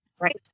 right